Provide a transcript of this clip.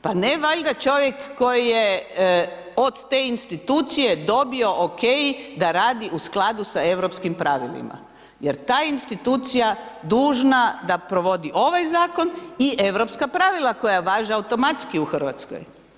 Pa ne valjda čovjek koji je od te institucije dobio o.k. da radi u skladu sa europskim pravilima, jer je ta institucija dužna da provodi ovaj zakon i europska pravila koja važe automatski u Hrvatskoj.